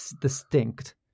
distinct